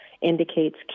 indicates